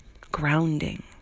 grounding